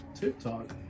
TikTok